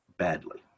badly